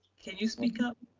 can you speak up?